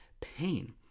pain